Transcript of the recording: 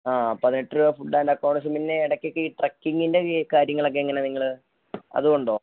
ആ പതിനെട്ട് രൂപ ഫുഡ് ആൻഡ് അക്കമഡേഷൻ പിന്നെ ഇടയ്ക്ക്ഒക്കെ ട്രക്കിങ്ങിൻ്റെ കാര്യങ്ങൾ എങ്ങനെ ആണ് നിങ്ങൾ അതും ഉണ്ടോ